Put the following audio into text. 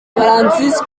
françois